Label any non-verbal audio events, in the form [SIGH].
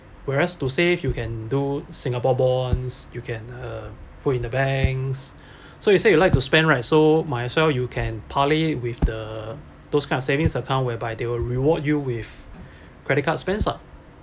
whereas to save you can do singapore bonds you can uh put in the banks [BREATH] so you say you like to spend right so might as well you can partly with the those kind of savings account whereby they will reward you with [BREATH] credit cards spends ah